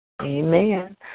Amen